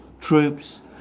troops